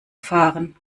fahren